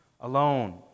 alone